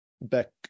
back